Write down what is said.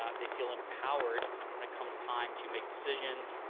ah they feel empowered when it comes time to make decisions,